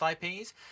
IPs